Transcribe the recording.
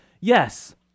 Yes